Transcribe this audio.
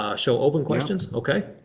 ah show open questions? okay.